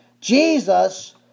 Jesus